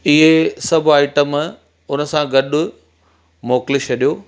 इहे सभु आइटम उनसां गॾु मोकिले छॾियो